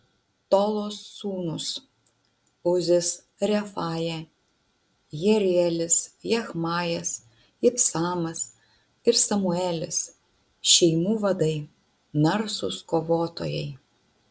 tolos sūnūs uzis refaja jerielis jachmajas ibsamas ir samuelis šeimų vadai narsūs kovotojai